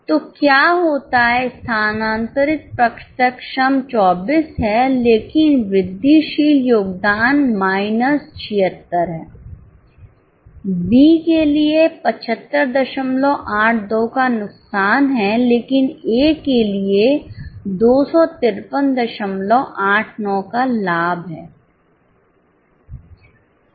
तो क्या होता है स्थानांतरित प्रत्यक्ष श्रम 24 है लेकिन वृद्धिशील योगदान माइनस 76 है B के लिए 7582 का नुकसान है लेकिन A के लिए 25389 का लाभ है